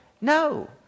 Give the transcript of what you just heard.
No